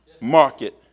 Market